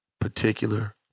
particular